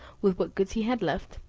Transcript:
with what goods he had left,